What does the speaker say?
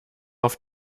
auf